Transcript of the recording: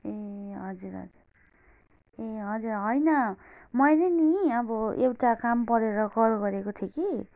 ए हजुर हजुर ए हजुर होइन मैले नि अब एउटा काम परेर कल गरेको थिएँ कि